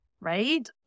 right